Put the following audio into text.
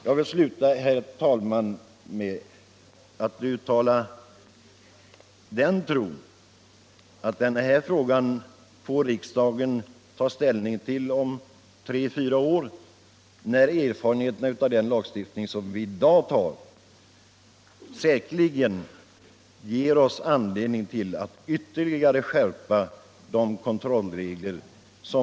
Jag vill sluta, herr talman, med att uttala den tron att riksdagen återigen får ta ställning till den här frågan om tre fyra år, då erfarenheterna av den lagstiftning som vi nu tar säkerligen ger oss anledning att ytterligare skärpa kontrollreglerna.